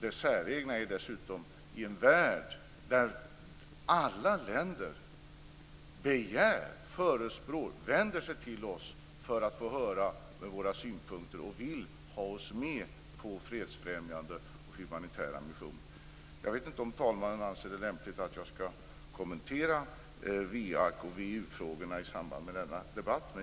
Det säregna är dessutom att det sker i en värld där alla länder begär, föreslår och vänder sig till oss för att få höra våra synpunkter och vill ha oss med på fredsfrämjande och humanitära aktiviteter. Jag vet inte om talmannen anser det lämpligt att jag kommenterar WEAG och VEU-frågorna i samband med denna debatt.